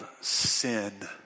sin